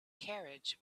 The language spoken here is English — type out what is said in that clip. carriage